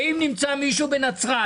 שאם נמצא מישהו בנצרת